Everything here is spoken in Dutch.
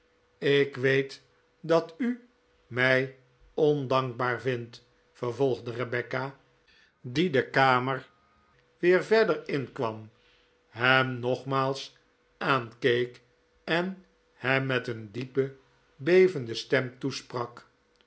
ik weet dat u mij ondankbaar vindt vervolgde rebecca die de kamer weer verder in kwam hem nogmaals aankeek en hem met een diepe bevende stem toesprak